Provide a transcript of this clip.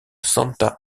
santa